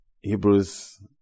Hebrews